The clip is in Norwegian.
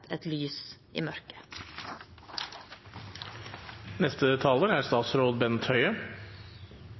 et lys i mørket? ALS er